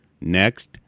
next